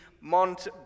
Mont